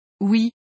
Oui